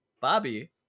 Bobby